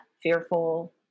fearful